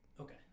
okay